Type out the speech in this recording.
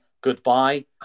goodbye